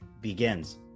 begins